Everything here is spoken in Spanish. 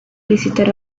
visitar